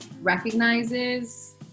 recognizes